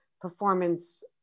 performance